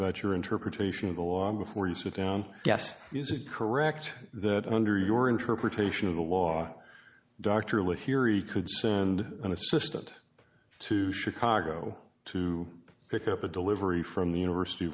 about your interpretation of the on before you sit down yes is it correct that under your interpretation of the law dr look here he could send an assistant to chicago to pick up a delivery from the university